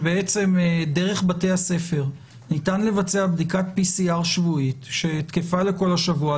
שדרך בתי הספר ניתן לבצע בדיקת PCR שבועית שתקפה לכל השבוע,